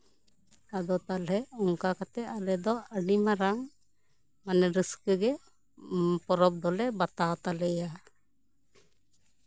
ᱟᱫᱚ ᱛᱟᱦᱚᱞᱮ ᱚᱱᱠᱟ ᱠᱟᱛᱮᱜ ᱟᱞᱮ ᱫᱚ ᱟᱹᱰᱤ ᱢᱟᱨᱟᱝ ᱢᱟᱱᱮ ᱨᱟᱹᱥᱠᱟᱹ ᱜᱮ ᱯᱚᱨᱚᱵᱽ ᱫᱚᱞᱮ ᱵᱟᱛᱟᱣ ᱛᱟᱞᱮᱭᱟ